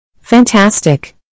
Fantastic